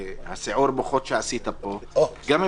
מצב חירום המיוחד יכול לעמוד בעינו גם אם